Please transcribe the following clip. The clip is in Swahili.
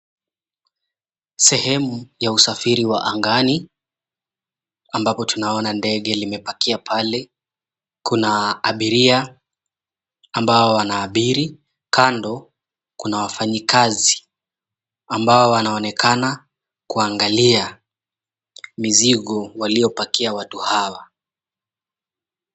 Sehemu ya usafiri wa angani ambapo ndege limepakia pale. Kuna abiria ambao wanaabiri, kando kuna wafanyakazi ambao, wanaonekana kuangalia mizigo waliopakia watu hawa.